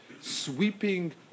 sweeping